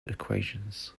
equations